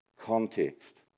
context